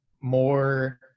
more